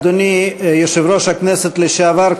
אדוני יושב-ראש הכנסת לשעבר,